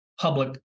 public